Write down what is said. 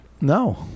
No